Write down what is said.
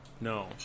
No